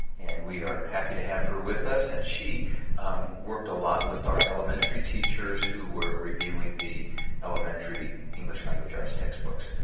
and we are happy to have her with us. and she worked a lot with our elementary teachers who were reviewing the elementary english language arts textbooks.